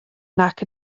nac